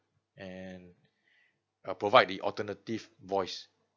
and uh provide the alternative voice